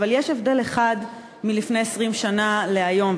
אבל יש הבדל אחד בין לפני 20 שנה והיום,